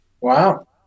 Wow